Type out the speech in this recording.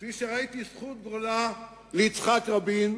כפי שראיתי זכות גדולה ליצחק רבין,